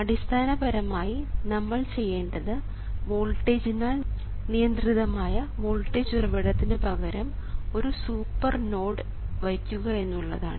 അടിസ്ഥാനപരമായി നമ്മൾ ചെയ്യേണ്ടത് വോൾട്ടേജിനാൽ നിയന്ത്രിതമായ വോൾട്ടേജ് ഉറവിടത്തിന് പകരം ഒരു സൂപ്പർ നോഡ് വയ്ക്കുക എന്നുള്ളതാണ്